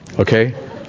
Okay